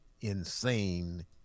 insane